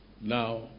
Now